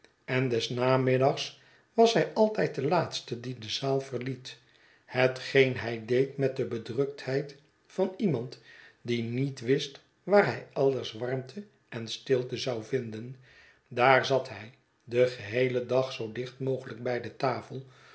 en des namiddags was hij altijd de laatste die de zaal verliet hetgeen hij deed met de bedruktheid van iemand die niet wist waar hij elders warmte en stilte zou vinden daar zat hij den geheelen dag zoo dicht mogelijk bij de tafel